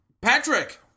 Patrick